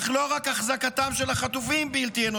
אך לא רק החזקתם של החטופים בלתי-אנושית,